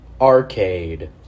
Arcade